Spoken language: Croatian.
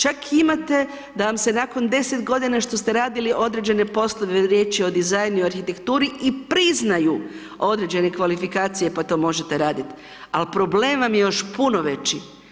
Čak imate da vam se nakon 10 g. što ste radili određene poslove, riječ je o dizajnu i arhitekturi i priznaju određene kvalifikacije pa to možete raditi ali problem vam je još puno veći.